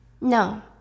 No